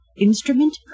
instrument